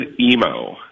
emo